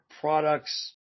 products